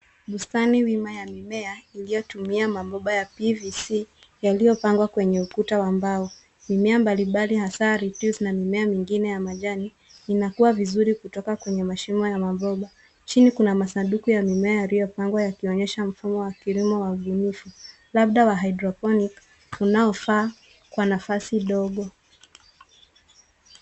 Bustani wima ya mimea iliyotumia mabomba ya PVC yaliyopangwa kwenye ukuta wa mbao. Mimea mbalimbali hasa lettuce na mimea mingine ya majani inakua vizuri kutoka kwenye mashimo ya mabomba. Chini kuna masanduku ya mimea yaliyopandwa yakionyesha mfumo wa kilimo wa ubunifu ,labda wa hydroponic unaofaa kwa nafasi ndogo.